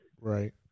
Right